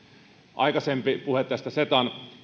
aikaisempi puhe tästä cetan